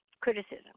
criticism